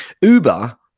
Uber